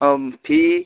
fee